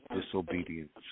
disobedience